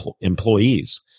employees